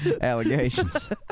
allegations